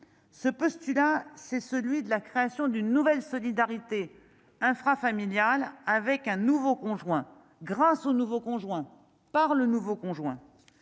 ce postulat, c'est celui de la création d'une nouvelle solidarité infra-familiales avec un nouveau conjoint grâce au nouveau conjoint par le nouveau conjoint,